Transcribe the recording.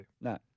No